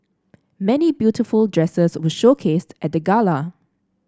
many beautiful dresses were showcased at the gala